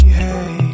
hey